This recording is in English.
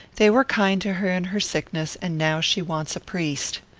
they were kind to her in her sickness and now she wants a priest.